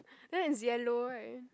then it's yellow right